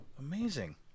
amazing